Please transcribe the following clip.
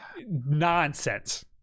nonsense